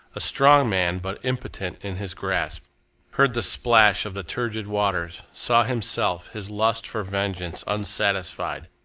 a strong man but impotent in his grasp heard the splash of the turgid waters saw himself, his lust for vengeance unsatisfied,